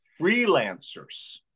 freelancers